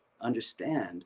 understand